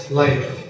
life